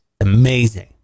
Amazing